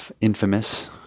infamous